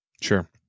Sure